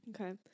Okay